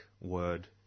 word